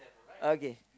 okay